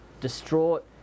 distraught